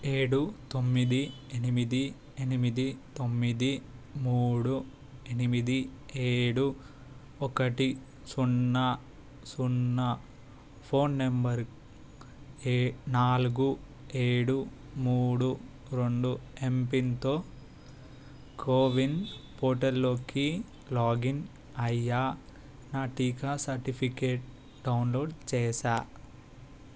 ఏడు తొమ్మిది ఎనిమిది ఎనిమిది తొమ్మిది మూడు ఎనిమిది ఏడు ఒకటి సున్నా సున్నా ఫోన్ నంబరు ఏ నాలుగు ఏడు రెండు మూడు ఎంపిన్తో కోవిన్ పోర్టల్లోకి లాగిన్ అయ్యాను నా టీకా సర్టిఫికేట్ డౌన్లోడ్ చేశాను